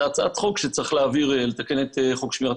זו הצעת חוק שצריך להעביר כדי לתקן את חוק שמירת